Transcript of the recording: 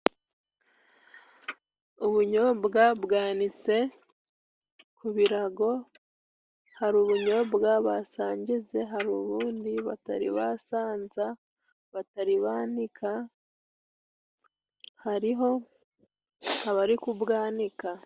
Ubunyobwa bwanitse ku birago, hari ubunyobwa basangize, hari ubundi batari basanza, batari banika, hari ho abari kubwanika.